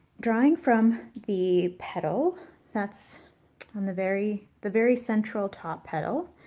drawing from the petal that's on the very the very central, top petal.